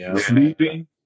sleeping